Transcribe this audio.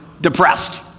depressed